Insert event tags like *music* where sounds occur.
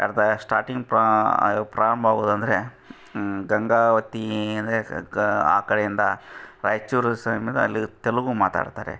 at the starting ಪಾ ಪ್ರಾರಂಭವಾಗುದಂದ್ರೆ ಗಂಗಾವತಿ ಅಂದರೆ ಕ ಆ ಕಡೆಯಿಂದ ರಾಯ್ಚೂರು *unintelligible* ಅಲ್ಲಿದು ತೆಲುಗು ಮಾತಾಡ್ತಾರೆ